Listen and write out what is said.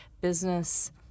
business